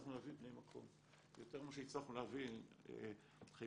הצלחנו להביא בני מקום יותר מאשר הצלחנו להביא